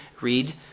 read